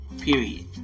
period